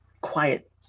quiet